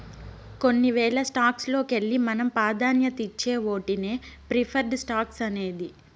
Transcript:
కొన్ని వేల స్టాక్స్ లోకెల్లి మనం పాదాన్యతిచ్చే ఓటినే ప్రిఫర్డ్ స్టాక్స్ అనేది